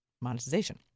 monetization